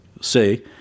say